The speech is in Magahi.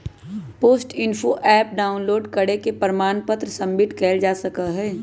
पोस्ट इन्फो ऍप डाउनलोड करके प्रमाण पत्र सबमिट कइल जा सका हई